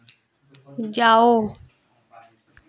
जाओ